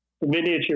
miniature